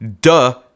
Duh